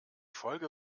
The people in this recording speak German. folge